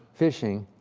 phishing,